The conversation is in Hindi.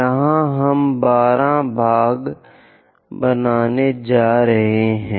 यहां हम 12 भाग बनाने जा रहे हैं